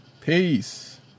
Peace